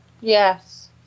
Yes